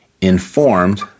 informed